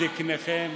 זקניכם,